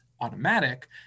automatic